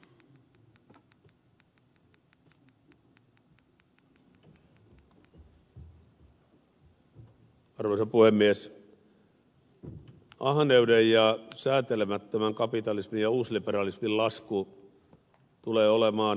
ahneuden ja säätelemättömän kapitalismin ja uusliberalismin lasku tulee olemaan järkyttävä